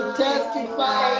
testify